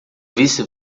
vice